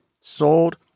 sold